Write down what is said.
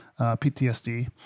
PTSD